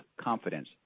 confidence